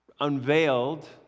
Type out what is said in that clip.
unveiled